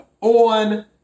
on